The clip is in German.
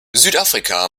südafrika